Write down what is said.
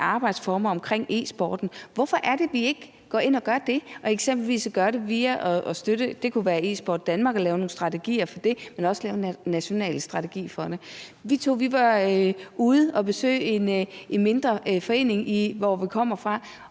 arbejdsformer omkring e-sporten. Hvorfor er det, vi ikke går ind og gør det og eksempelvis gør det ved at støtte Esport Danmark og lave nogle strategier for det, men også lave en national strategi for det? Vi to var ude at besøge en mindre forening dér, hvor vi kommer fra,